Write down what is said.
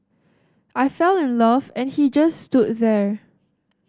I fell in love and he just stood there